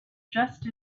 just